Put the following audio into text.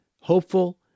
hopeful